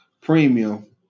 Premium